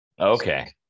okay